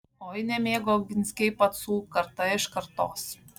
oi nemėgo oginskiai pacų karta iš kartos